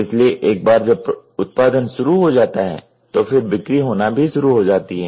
इसलिए एक बार जब उत्पादन शुरू हो जाता है तो फिर बिक्री होना भी शुरू हो जाती है